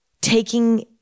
taking